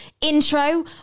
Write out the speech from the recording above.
intro